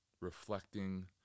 Reflecting